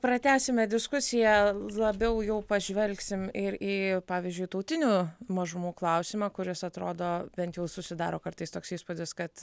pratęsime diskusiją labiau jau pažvelgsim ir į pavyzdžiui tautinių mažumų klausimą kuris atrodo bent jau susidaro kartais toks įspūdis kad